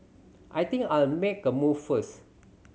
I think I'll make a move first